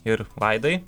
ir vaidai